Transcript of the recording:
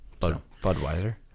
Budweiser